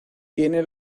tiene